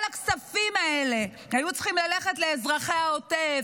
כל הכספים האלה היו צריכים ללכת לאזרחי העוטף,